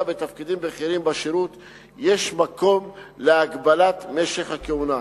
בתפקידים בכירים בשירות יש מקום להגבלת משך הכהונה.